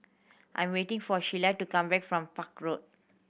I'm waiting for Sheila to come back from Park Road